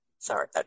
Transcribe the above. Sorry